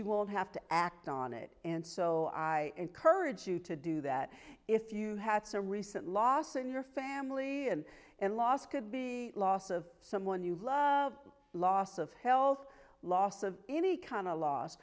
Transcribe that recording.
will have to act on it and so i encourage you to do that if you had some recent loss in your family and and loss could be loss of someone you love loss of health loss of any kind of l